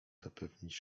zapewnić